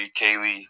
kaylee